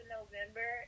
November